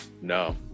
No